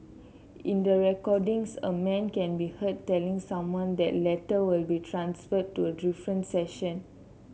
in the recordings a man can be heard telling someone that the latter will be transferred to a different section